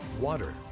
water